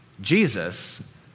Jesus